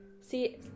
see